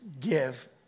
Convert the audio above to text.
give